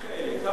כמה כאלה?